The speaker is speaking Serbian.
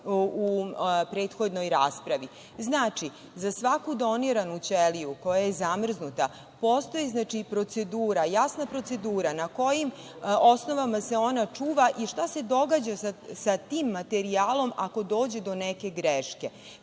u prethodnoj raspravi. Znači, za svaku doniranu ćeliju koja je zamrznuta postoji procedura, jasna procedura na kojim osnovama se ona čuva i šta se događa sa tim materijalom ako dođe do neke greške.